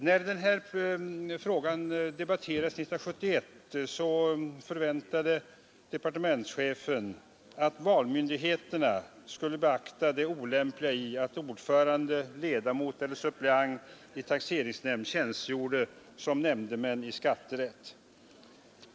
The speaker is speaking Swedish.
När denna fråga debatterades 1971 förväntade departementschefen att valmyndigheterna skulle beakta det olämpliga i att ordföranden, annan ledamot eller suppleant i taxeringsnämnd tjänstgjorde såsom nämndeman i skatterätt.